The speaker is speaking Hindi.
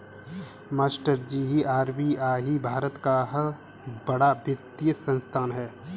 मास्टरजी आर.बी.आई भारत का बड़ा वित्तीय संस्थान है